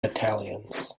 battalions